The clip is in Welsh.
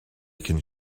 cyn